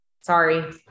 Sorry